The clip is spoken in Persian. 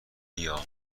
بیا